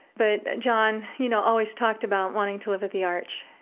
but john, you know, always talked about wanting to live at the arch,